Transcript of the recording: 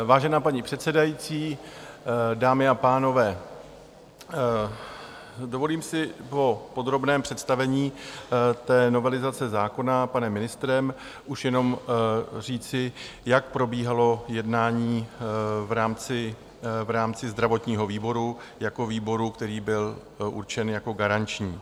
Vážená paní předsedající, dámy a pánové, dovolím si po podrobném představení novelizace zákona panem ministrem už jenom říci, jak probíhalo jednání v rámci zdravotního výboru jako výboru, který byl určen jako garanční.